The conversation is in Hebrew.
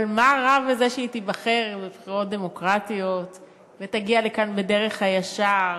אבל מה רע בזה שהיא תיבחר בבחירות דמוקרטיות ותגיע לכאן בדרך הישר?